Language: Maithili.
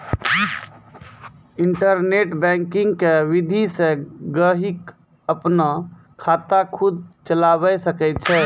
इन्टरनेट बैंकिंग के विधि से गहकि अपनो खाता खुद चलावै सकै छै